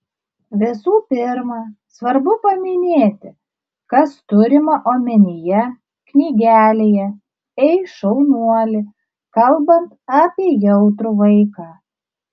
visų pirma svarbu paminėti kas turima omenyje knygelėje ei šaunuoli kalbant apie jautrų vaiką